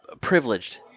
privileged